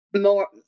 more